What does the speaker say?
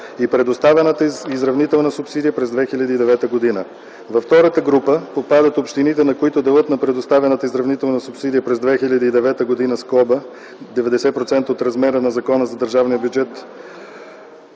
и предоставената изравнителна субсидия през 2009 г. Във втората група попадат общините, на които делът на предоставената изравнителна субсидия през 2009 г. (90% от размера по Закона за държавния бюджет